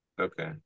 Okay